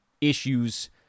issues